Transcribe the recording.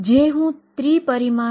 અને હવે આપણે ψxt